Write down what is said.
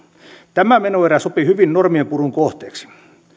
tämä menoerä sopii hyvin normienpurun kohteeksi